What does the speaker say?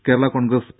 Kerala Congress P